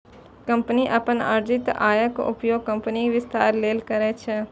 company अपन अर्जित आयक उपयोग कंपनीक विस्तार लेल करै छै